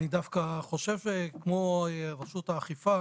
אני חושב כמו רשות האכיפה